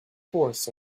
force